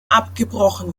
abgebrochen